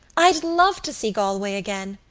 i'd love to see galway again.